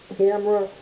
camera